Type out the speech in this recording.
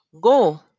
go